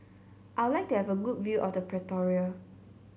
I would like to have a good view of Pretoria